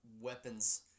weapons